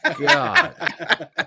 god